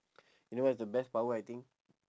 you know what's the best power I think